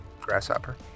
grasshopper